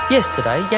Yesterday